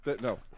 No